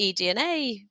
eDNA